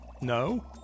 no